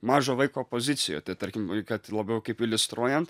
mažo vaiko pozicijo tarkim kad labiau kaip iliustruojant